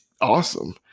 awesome